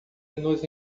nos